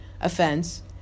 offense